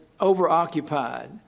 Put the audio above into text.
overoccupied